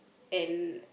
and